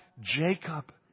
Jacob